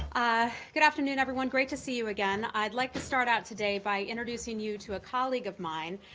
ah good afternoon, everyone. great to see you again. i'd like to start out today by introducing you to a colleague of mine.